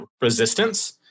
resistance